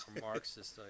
Marxist